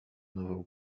nową